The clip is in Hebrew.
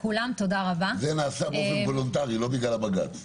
לא ייתכן שיהיו ועדות כנסת שכרגע לא יעבדו כי לא נותנים שמות,